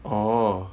orh